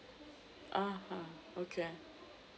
(uh huh) okay